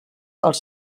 els